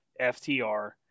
FTR